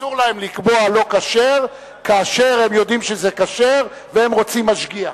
אסור להם לקבוע "לא כשר" כאשר הם יודעים שזה כשר והם רוצים משגיח,